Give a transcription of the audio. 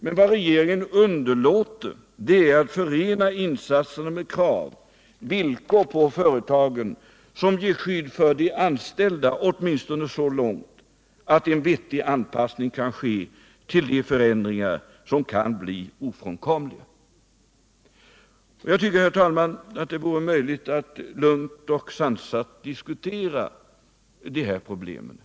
Men vad regeringen underlåter att göra är att förena dessa insatser med krav på och villkor för företagen som ger skydd för de anställda, åtminstone så långt att en vettig anpassning kan ske till de förändringar som kan bli ofrånkomliga. Jag tycker, herr talman, att det vore möjligt att lugnt och sansat diskutera dessa problem.